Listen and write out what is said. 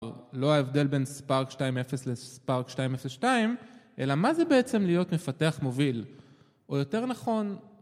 לא ההבדל בין ספארק 2.0 לספארק 2.0.2, אלא מה זה בעצם להיות מפתח מוביל, או יותר נכון